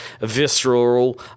visceral